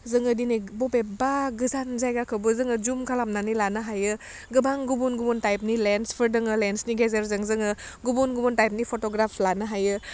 जोङो दिनै बबेबा गोजान जायगाखौबो जोङो जुम खालामनानै लानो हायो गोबां गुबुन गुबुन टाइपनि लेन्सफोर दङ लेन्सनि गेजेरजों जोङो गुबुन गुबुन टाइपनि फट'ग्राफ लानो हायो